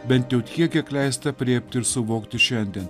bent jau tiek kiek leista aprėpti ir suvokti šiandien